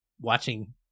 watching